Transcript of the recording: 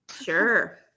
sure